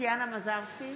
טטיאנה מזרסקי,